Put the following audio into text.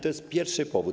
To jest pierwszy podwód.